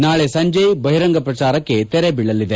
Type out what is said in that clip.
ನಾಳೆ ಸಂಜೆ ಬಹಿರಂಗ ಪ್ರಚಾರಕ್ಕೆ ತೆರೆ ಬೀಳಲಿದೆ